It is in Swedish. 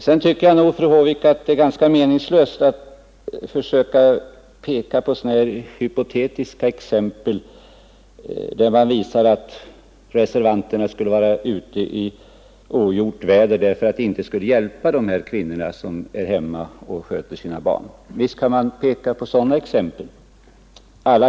Sedan tycker jag nog, fru Håvik, att det är ganska meningslöst att försöka peka på hypotetiska exempel, där man visar att reservanterna skulle vara ute i ogjort väder därför att deras förslag inte skulle hjälpa de kvinnor som är hemma och sköter sina barn. Visst kan man peka på sådana exempel.